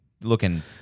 looking